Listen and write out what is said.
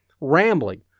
rambling